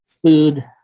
Food